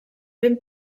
ben